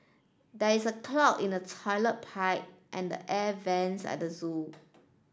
there is a clog in the toilet pipe and the air vents at the zoo